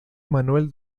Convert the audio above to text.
manuel